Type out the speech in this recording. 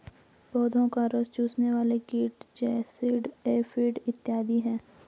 पौधों का रस चूसने वाले कीट जैसिड, एफिड इत्यादि हैं